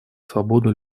свобода